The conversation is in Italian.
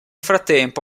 frattempo